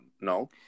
no